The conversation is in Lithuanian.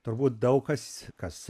turbūt daug kas kas